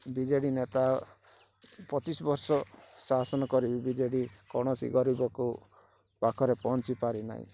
BJD ନେତା ପଚିଶି ବର୍ଷ ଶାସନ କରି ବି ବିଜେଡ଼ି କୌଣସି ଗରିବକୁ ପାଖରେ ପହଞ୍ଚି ପାରିନାହି